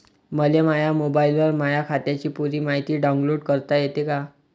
मले माह्या मोबाईलवर माह्या खात्याची पुरी मायती डाऊनलोड करता येते का?